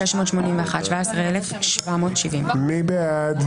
17,321 עד 17,340. מי בעד?